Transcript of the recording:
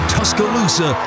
Tuscaloosa